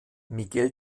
miguel